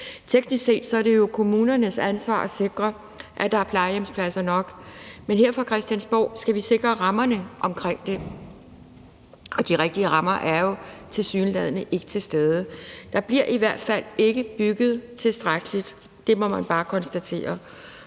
Teknisk set er det jo kommunernes ansvar at sikre, at der er plejehjemspladser nok. Men her fra Christiansborg skal vi sikre rammerne omkring det, og de rigtige rammer er jo tilsyneladende ikke til stede. Der bliver i hvert fald ikke bygget tilstrækkeligt; det må man bare konstatere.